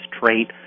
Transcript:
trait